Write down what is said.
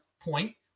point